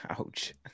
Ouch